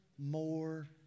more